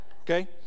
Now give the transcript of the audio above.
Okay